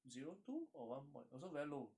zero two or one point also very low